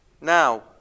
Now